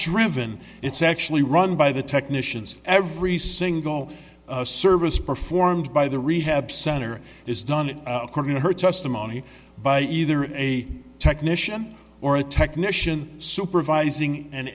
driven it's actually run by the technicians every single service performed by the rehab center is done according to her testimony by either a technician or a technician supervising and